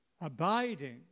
abiding